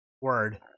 word